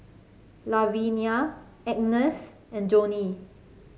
Lavinia Agnes and Johney